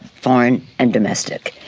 foreign and domestic.